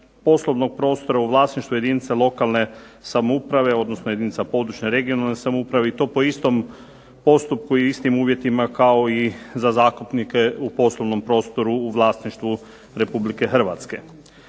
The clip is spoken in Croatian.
poslovnog prostora u vlasništvu jedinica lokalne i područne (regionalne) samouprave i to po istom postupku i istim uvjetima kao i za zakupnike u poslovnom prostoru u vlasništvu Republike Hrvatske.